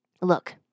look